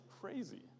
crazy